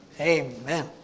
amen